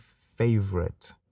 favorite